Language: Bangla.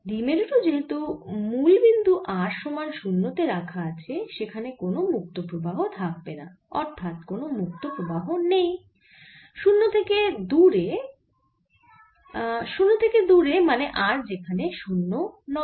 দ্বিমেরু টি যেহেতু মুল বিন্দু r সমান 0 তে রাখা আছে সেখানে কোন মুক্ত প্রবাহ থাকবেনা অর্থাৎ কোন মুক্ত প্রবাহ নেই 0 থেকে দূরে 0 থেকে দূরে মানে r যেখানে 0 নয়